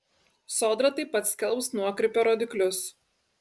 sodra taip pat skelbs nuokrypio rodiklius